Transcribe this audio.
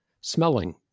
smelling